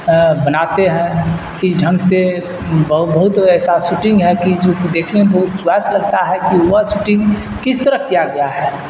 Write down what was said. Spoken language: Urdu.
بناتے ہیں کس ڈھنگ سے بہت ایسا سوٹنگ ہے کہ جو کہ دیکھنے میں بہت چواس لگتا ہے کہ وہ سوٹنگ کس طرح کیا گیا ہے